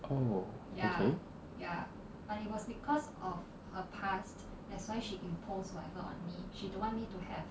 oh okay